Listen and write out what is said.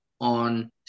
on